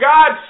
God